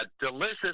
Delicious